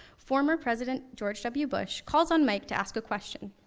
former president, george w. bush, calls on mike to ask a question.